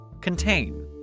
Contain